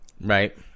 Right